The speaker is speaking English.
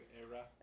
era